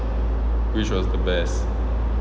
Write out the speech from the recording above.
which was the best